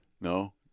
No